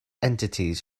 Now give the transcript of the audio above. entities